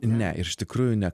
ne ir iš tikrųjų ne